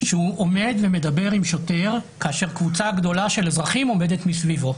כשהוא עומד ומדבר עם שוטר כאשר קבוצה גדולה של אזרחים עומדת מסביבו.